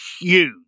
huge